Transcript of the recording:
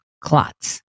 Clots